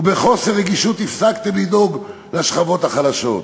ובחוסר רגישות הפסקתם לדאוג לשכבות החלשות.